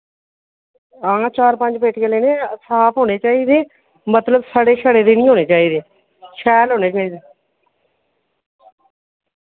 हां चार पंज पेटियां लेने साफ होने चाहिदे मतलब सड़े शड़े दे नि होने चाहिदे शैल होने चाहिदे